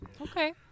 Okay